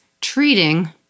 treating